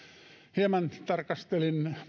hieman tarkastelin